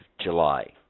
July